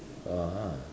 (uh huh)